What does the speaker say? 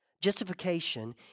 Justification